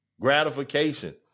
gratification